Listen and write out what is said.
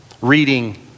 Reading